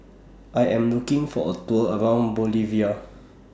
I Am looking For A Tour around Bolivia